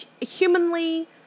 humanly